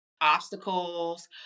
Obstacles